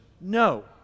No